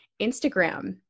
Instagram